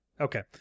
Okay